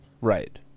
Right